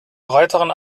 breiteren